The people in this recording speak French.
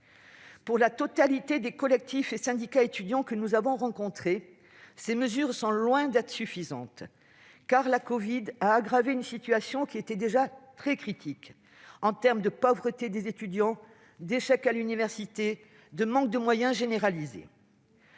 Selon la totalité des collectifs et syndicats étudiants que nous avons rencontrés, ces mesures sont loin d'être suffisantes. En effet, la covid-19 a aggravé une situation qui était déjà critique en matière de pauvreté des étudiants, d'échec à l'université et de manque de moyens généralisé.